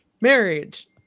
marriage